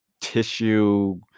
tissue